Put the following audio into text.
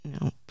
No